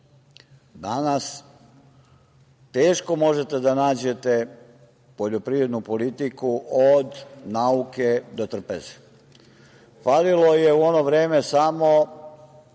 teško možete da nađete poljoprivredu politiku od nauke do trpeze. Falilo je u ono vreme samo